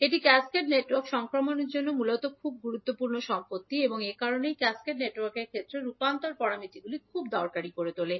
এটি cascade network সংক্রমণের জন্য মূলত খুব গুরুত্বপূর্ণ সম্পত্তি এবং এ কারণেই ক্যাসকেড নেটওয়ার্কের ক্ষেত্রে রূপান্তর প্যারামিটারগুলি খুব দরকারী করে তোলে